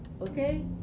Okay